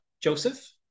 Joseph